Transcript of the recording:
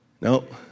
Nope